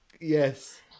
Yes